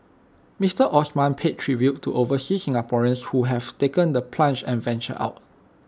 Mister Osman paid tribute to overseas Singaporeans who have taken the plunge and ventured out